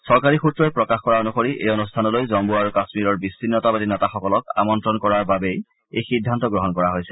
চৰকাৰী স্ত্ৰই প্ৰকাশ কৰা অনুসৰি এই অনুষ্ঠানলৈ জম্ম আৰু কাশ্মীৰৰ বিচ্ছিন্নতাবাদী নেতাসকলক আমন্ত্ৰণ কৰাৰ বাবেই এই সিদ্ধান্ত গ্ৰহণ কৰা হৈছে